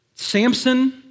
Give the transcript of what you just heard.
Samson